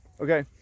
Okay